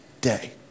day